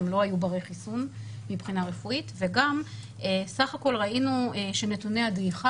הם לא היו ברי חיסון מבחינה רפואית וגם סך הכול ראינו שנתוני הדעיכה